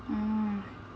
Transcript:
oh